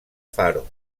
faro